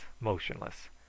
motionless